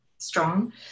strong